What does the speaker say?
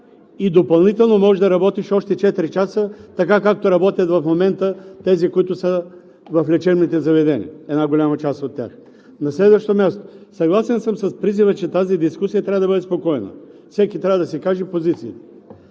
и допълнително можеш да работиш още 4 часа, както работят в момента тези, които са в лечебните заведения, една голяма част от тях. На следващо място, съгласен съм с призива, че тази дискусия трябва да бъде спокойна, всеки трябва да си каже позициите.